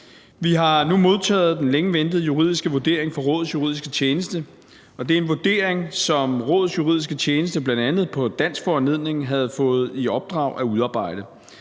Vi har nu modtaget den længe ventede juridiske vurdering fra Rådets juridiske tjeneste, og det er en vurdering, som Rådets juridiske tjeneste bl.a. på dansk foranledning havde fået i opdrag at udarbejde.